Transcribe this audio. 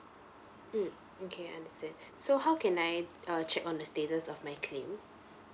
mm okay understand so how can I uh check on the status of my claim